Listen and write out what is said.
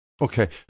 Okay